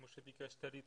כפי שביקשת, אני אהיה קצר.